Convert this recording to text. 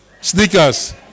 Sneakers